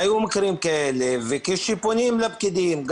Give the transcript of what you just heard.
היו מקרים כאלה וכשפונים לפקידים,